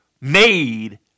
made